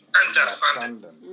understanding